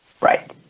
right